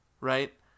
right